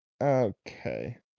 okay